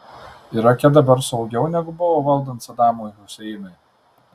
irake dabar saugiau negu buvo valdant sadamui huseinui